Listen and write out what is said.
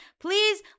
Please